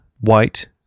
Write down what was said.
white